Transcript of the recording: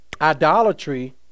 idolatry